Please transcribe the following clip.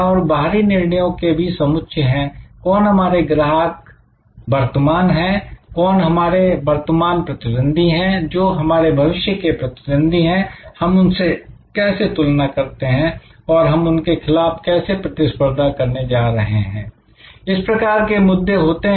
और बाहरी निर्णयो के भी समुच्चय हैं कौन हमारे वर्तमान ग्राहक हैं कौन हमारे वर्तमान प्रतिद्वंदी हैं जो हमारे भविष्य के प्रतिद्वंदी हैं हम उनसे कैसे तुलना करते हैं और हम उनके खिलाफ कैसे प्रतिस्पर्धा करने जा रहे हैं इस प्रकार के मुद्दे होते हैं